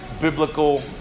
biblical